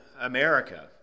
America